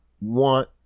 want